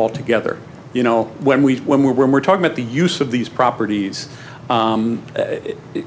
altogether you know when we when we were talking at the use of these properties it